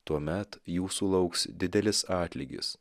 tuomet jūsų lauks didelis atlygis